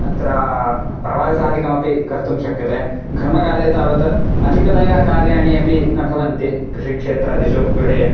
अत्र प्रवासाधिकमपि कर्तुं शक्यते घर्मकाले तावत् अधिकतया कार्याणि अपि न भवन्ति कृषिक्षेत्रादिषु गृहे